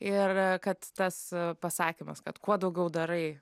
ir kad tas pasakymas kad kuo daugiau darai